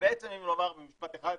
ובעצם אם לומר במשפט אחד,